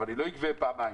אני לא אגבה פעמיים,